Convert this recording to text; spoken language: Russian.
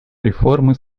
реформы